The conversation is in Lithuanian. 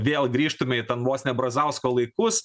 vėl grįžtume į tan vos ne brazausko laikus